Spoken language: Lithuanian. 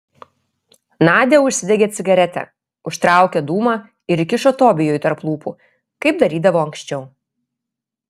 nadia užsidegė cigaretę užtraukė dūmą ir įkišo tobijui tarp lūpų kaip darydavo anksčiau